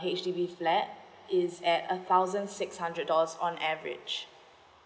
H_D_B flat is at a thousand six hundred dollars on average